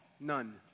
None